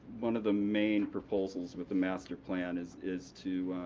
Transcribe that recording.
one of the main proposals with the master plan is is to